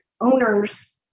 owners